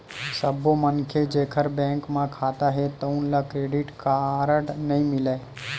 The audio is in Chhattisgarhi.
सब्बो मनखे जेखर बेंक म खाता हे तउन ल क्रेडिट कारड नइ मिलय